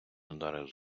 ударив